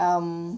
um